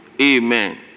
Amen